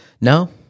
no